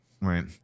right